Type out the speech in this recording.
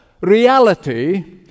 reality